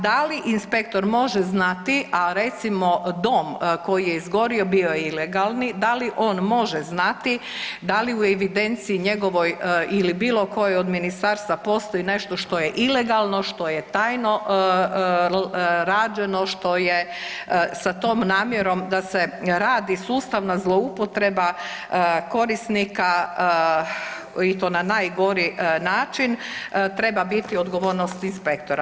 Da li inspektor može znati, a recimo dom koji je izgorio bio je ilegalni, da li on može znati da li u evidenciji njegovoj ili bilo kojoj od ministarstva postoji nešto što je ilegalno, što je tajno rađeno, što je sa tom namjerom da se radi sustavna zloupotreba korisnika i to na najgori način, treba biti odgovornost inspektora?